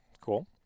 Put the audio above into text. cool